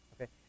Okay